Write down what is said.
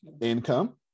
Income